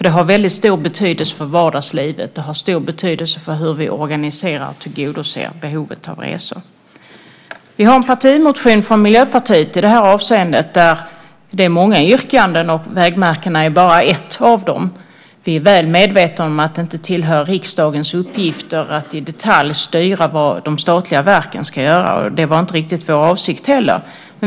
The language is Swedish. Det har väldigt stor betydelse för vardagslivet och för hur vi organiserar och tillgodoser behovet av resor. Vi har en partimotion från Miljöpartiet i det här avseendet där det är många yrkanden, och bara ett av dem gäller frågan om vägmärkena. Vi är väl medvetna om att det inte tillhör riksdagens uppgifter att i detalj styra vad de statliga verken ska göra. Det var inte heller riktigt vår avsikt.